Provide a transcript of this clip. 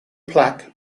plaque